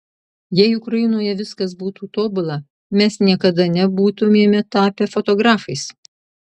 jei ukrainoje viskas būtų tobula mes niekada nebūtumėme tapę fotografais